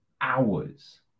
hours